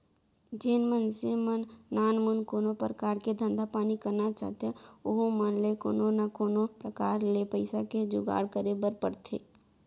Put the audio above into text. जेन मनसे मन नानमुन कोनो परकार के धंधा पानी करना चाहथें ओहू मन ल कोनो न कोनो प्रकार ले पइसा के जुगाड़ करे बर परथे